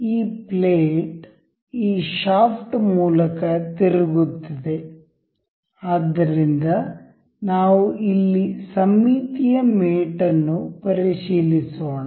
ಈ ಪ್ಲೇಟ್ ಈ ಶಾಫ್ಟ್ ಮೂಲಕ ತಿರುಗುತ್ತಿದೆ ಆದ್ದರಿಂದ ನಾವು ಇಲ್ಲಿ ಸಮ್ಮಿತೀಯ ಮೇಟ್ ಅನ್ನು ಪರಿಶೀಲಿಸೋಣ